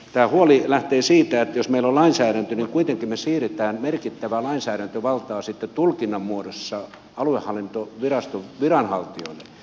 tämä huoli lähtee siitä että jos meillä on lainsäädäntö niin kuitenkin me siirrämme merkittävää lainsäädäntövaltaa sitten tulkinnan muodossa aluehallintoviraston viranhaltijoille